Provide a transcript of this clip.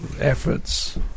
efforts